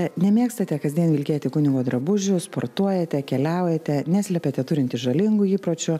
nemėgstate kasdien vilkėti kunigo drabužių sportuojate keliaujate neslepiate turintis žalingų įpročių